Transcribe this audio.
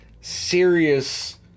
serious